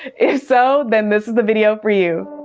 if so, then this is the video for you.